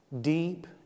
Deep